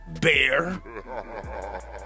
bear